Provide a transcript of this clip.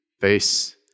face